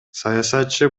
саясатчы